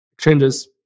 changes